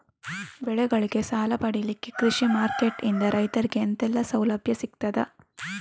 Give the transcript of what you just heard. ಬೆಳೆಗಳಿಗೆ ಸಾಲ ಪಡಿಲಿಕ್ಕೆ ಕೃಷಿ ಮಾರ್ಕೆಟ್ ನಿಂದ ರೈತರಿಗೆ ಎಂತೆಲ್ಲ ಸೌಲಭ್ಯ ಸಿಗ್ತದ?